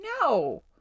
no